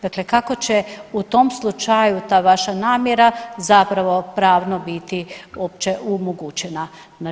Dakle, kako će u tom slučaju ta vaša namjera zapravo pravno biti uopće biti omogućena?